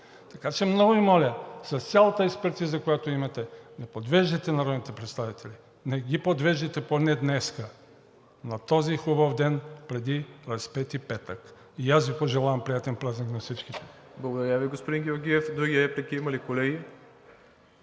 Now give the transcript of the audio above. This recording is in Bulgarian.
Така че, много Ви моля, с цялата експертиза, която имате, не подвеждайте народните представители. Не ги подвеждайте поне днес – на този хубав ден преди Разпети петък. Пожелавам приятен празник на всички! ПРЕДСЕДАТЕЛ МИРОСЛАВ ИВАНОВ: Благодаря Ви, господин Георгиев. Други реплики има ли, колеги?